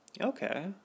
okay